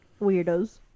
Weirdos